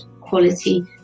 quality